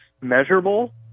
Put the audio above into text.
measurable